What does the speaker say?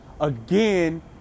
again